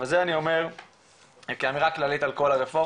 אבל זה אני אומר כאמירה כללית על כל הרפורמה,